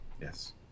Yes